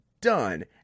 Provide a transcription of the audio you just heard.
done